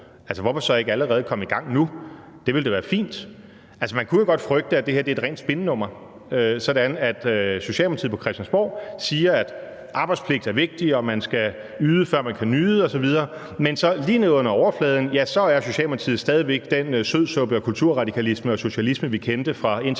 lov. Hvorfor så ikke allerede komme i gang nu? Det ville da være fint. Man kunne jo godt frygte, at det her er et rent spinnummer, sådan at Socialdemokratiet på Christiansborg siger, at arbejdspligt er vigtigt, og at man skal yde, før man kan nyde osv., men så lige ned under overfladen er Socialdemokratiet stadig væk den sødsuppe af kulturradikalisme og socialisme, vi har kendt indtil